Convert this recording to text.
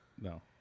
No